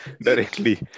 directly